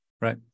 right